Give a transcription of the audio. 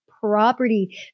property